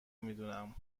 میدونم